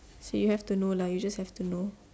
you have to know lah you just have to know